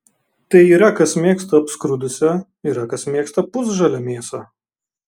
tai yra kas mėgsta apskrudusią yra kas mėgsta pusžalę mėsą